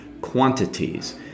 quantities